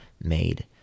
made